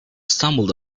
stumbled